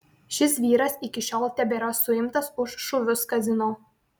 šis vyras iki šiol tebėra suimtas už šūvius kazino